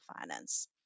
finance